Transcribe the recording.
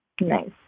Nice